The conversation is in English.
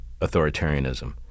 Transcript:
authoritarianism